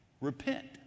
Repent